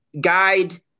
guide